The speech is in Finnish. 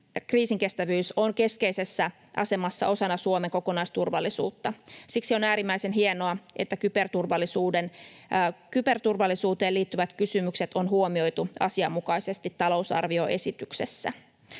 kriisinkestävyys on keskeisessä asemassa osana Suomen kokonaisturvallisuutta. Siksi on äärimmäisen hienoa, että kyberturvallisuuteen liittyvät kysymykset on huomioitu asianmukaisesti talousarvioesityksessä.